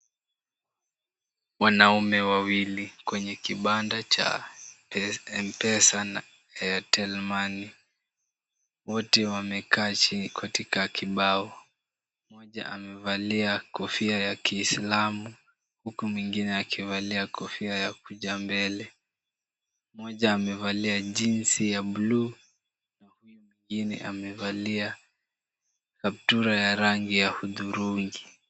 Wanaume wawili kwenye kibanda cha M-Pesa na Airtel Money. Wote wamekaa chini katika kibao. Mmoja amevalia kofia ya kiislamu huku mwingine akivalia kofia ya kuja mbele. Mmoja amevalia jinsi ya bluu, mwingine amevalia kaptula ya rangi ya hudhurungi.